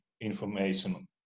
information